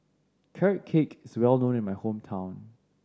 Carrot Cake is well known in my hometown